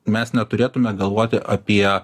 mes neturėtumėme galvoti apie